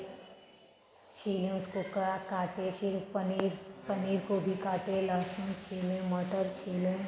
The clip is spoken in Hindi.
छीले उसको करा काटे फिर पनीर पनीर को भी काटे लहसुन छीलें मटर छीले